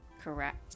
Correct